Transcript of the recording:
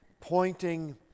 pointing